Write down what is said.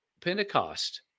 pentecost